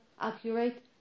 accurate